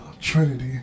trinity